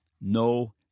no